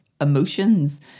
emotions